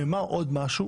אני אומר עוד משהו